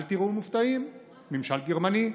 אל תיראו מופתעים, ממשל גרמני,